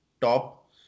top